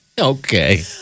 Okay